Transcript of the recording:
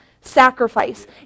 sacrifice